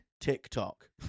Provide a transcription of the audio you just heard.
TikTok